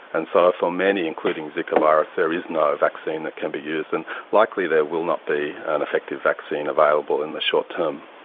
and so for many, including zika virus, there is no vaccine that can be used. and likely there will not be an effective vaccine available in the short term.